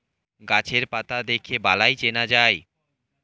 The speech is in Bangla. গাছের পাতা দেখে বালাই চেনা যায়